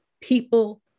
people